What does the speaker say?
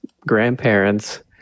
grandparents